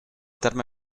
terme